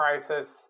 crisis